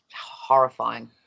horrifying